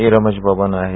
मी रमेश बबन आहे